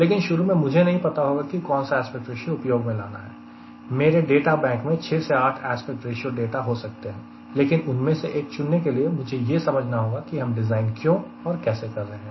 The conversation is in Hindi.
लेकिन शुरू में मुझे नहीं पता होगा कि कौन सा एस्पेक्ट रेशियो उपयोग में लाना है मेरे डाटा बैंक में 6 से 8 एस्पेक्ट रेशियो डाटा हो सकते हैं लेकिन उनमें से एक चुनने के लिए मुझे यह समझना होगा कि हम डिज़ाइन क्यों और कैसे कर रहे हैं